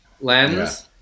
lens